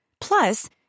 Plus